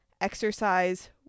exercise